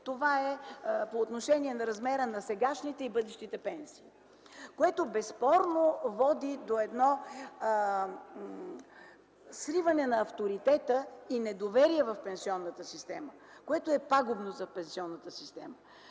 това е по отношение на размера на сегашните и бъдещите пенсии, което безспорно води до сриване на авторитета и недоверие в пенсионната система, което е пагубно за нея. Ние считаме,